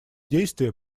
действия